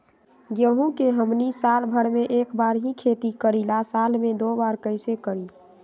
गेंहू के हमनी साल भर मे एक बार ही खेती करीला साल में दो बार कैसे करी?